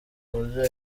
buryo